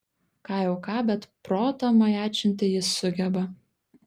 ką jau ką bet protą majačinti jis sugeba